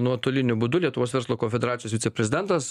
nuotoliniu būdu lietuvos verslo konfederacijos viceprezidentas